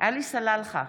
עלי סלאלחה,